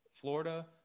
florida